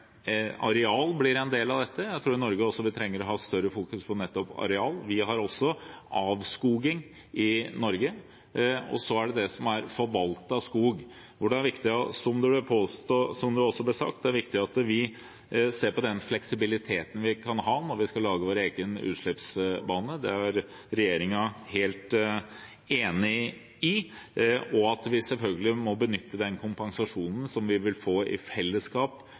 areal en del av dette. Jeg tror Norge trenger å fokusere mer på nettopp areal. Vi har avskoging også i Norge, og vi har forvaltet skog. Det er viktig, som det ble sagt, at vi ser på den fleksibiliteten vi kan ha når vi skal lage vår egen utslippsbane. Det er regjeringen helt enig i. Vi må selvfølgelig benytte den kompensasjonen vi vil få i fellesskap